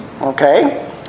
Okay